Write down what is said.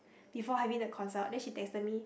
before having the consult then she texted me